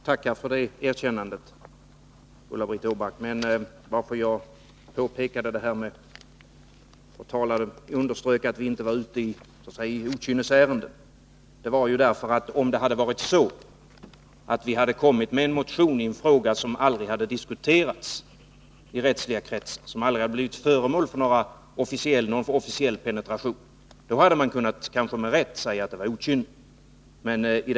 Herr talman! Jag tackar för det erkännandet, Ulla-Britt Åbark. Om det hade varit så att vi kommit med en motion i en fråga som aldrig diskuterats i rättsliga kretsar, som aldrig hade blivit föremål för någon officiell penetration, då hade man kanske med rätta kunnat säga att vi väckt den i okynne.